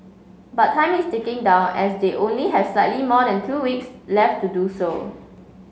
but time is ticking down as they only have slightly more than two weeks left to do so